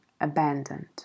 abandoned